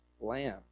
lamb